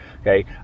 Okay